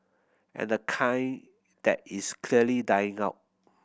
and the kind that is clearly dying out